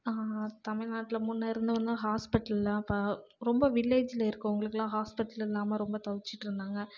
தமிழ்நாட்டில் முன் இருந்த ஹாஸ்பிடல்லாம் இப்போ ரொம்ப வில்லேஜில் இருக்கவங்களுக்கெல்லாம் ஹாஸ்பிடல் இல்லாமல் ரொம்ப தவித்துட்டு இருந்தாங்க